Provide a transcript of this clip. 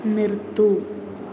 നിർത്തൂ